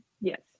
Yes